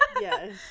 Yes